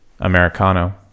americano